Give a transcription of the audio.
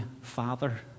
father